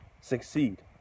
succeed